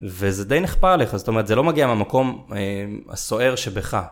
וזה די נכפה עליך, זאת אומרת זה לא מגיע ממקום הסוער שבך.